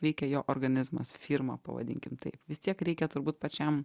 veikia jo organizmas firma pavadinkim taip vis tiek reikia turbūt pačiam